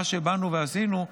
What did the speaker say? מה שבאנו ועשינו,